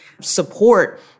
support